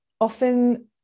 often